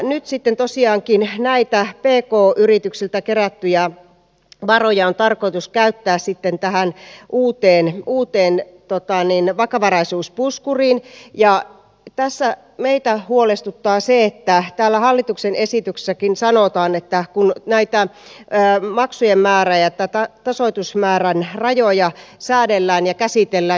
nyt sitten tosiaankin näitä pk yrityksiltä kerättyjä varoja on tarkoitus käyttää sitten tähän uuteen vakavaraisuuspuskuriin ja tässä meitä huolestuttaa se että kun täällä hallituksen esityksessäkin sanotaan että näitä maksujen määrän ja tasoitusmäärän rajoja säädellään ja käsitellä